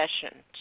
Sessions